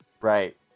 right